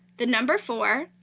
the number four,